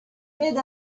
bet